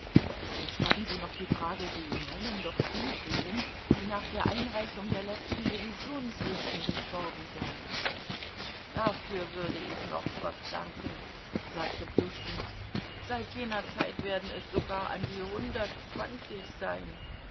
gestatten sie noch die frage sie meinen doch die seelen die nach der einreichung der letzten revisionslisten gestorben sind dafür würde ich noch gott danken sagte pljuschkin seit jener zeit werden es sogar an die hundertzwanzig sein